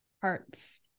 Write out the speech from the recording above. parts